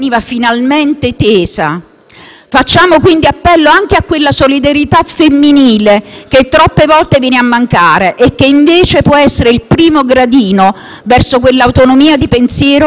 appello anche a quella solidarietà femminile che troppe volte viene a mancare e che invece può essere il primo gradino verso quell'autonomia di pensiero che può spingere la vittima a chiedere aiuto.